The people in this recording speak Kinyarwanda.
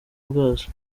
bwazo